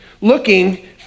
looking